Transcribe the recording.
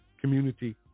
community